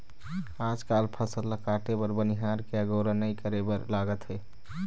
आजकाल फसल ल काटे बर बनिहार के अगोरा नइ करे बर लागत हे